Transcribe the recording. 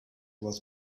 was